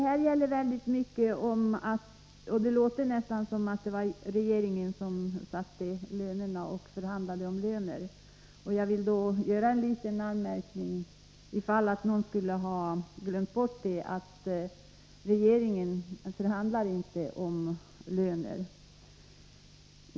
Herr talman! Det låter nästan som om det var regeringen som satte lönerna eller förhandlade om löner. Jag vill då göra en liten anmärkning, ifall någon skulle ha glömt hur det förhåller sig: Regeringen förhandlar inte om löner.